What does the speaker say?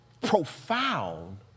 profound